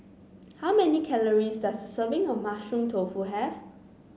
how many calories does a serving of Mushroom Tofu have